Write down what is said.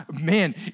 man